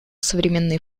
современные